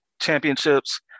championships